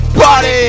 party